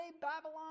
Babylon